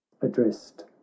addressed